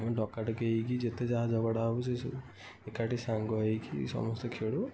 ଆମେ ଡକାଡକି ହେଇକି ଯେତେ ଯାହା ଝଗଡ଼ା ହେବ ସେ ସବୁ ଏକାଠି ସାଙ୍ଗ ହେଇକି ସମସ୍ତେ ଖେଳୁ